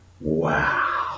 wow